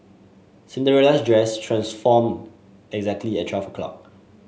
Cinderella's dress transformed exactly at twelve o' clock